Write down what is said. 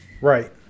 Right